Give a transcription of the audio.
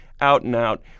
out-and-out